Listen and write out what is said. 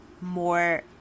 more